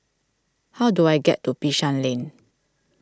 how do I get to Bishan Lane